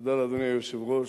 תודה לאדוני היושב-ראש.